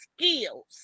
skills